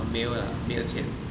oh 没有啦没有钱